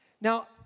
Now